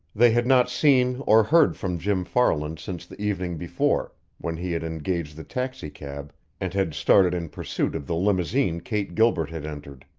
they had not seen or heard from jim farland since the evening before, when he had engaged the taxicab and had started in pursuit of the limousine kate gilbert had entered.